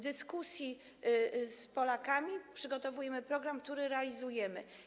Dyskutujemy z Polakami i przygotowujemy program, który realizujemy.